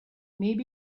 maybe